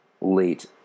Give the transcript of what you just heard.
late